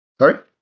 Sorry